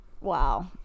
Wow